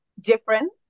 difference